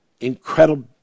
incredible